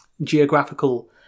geographical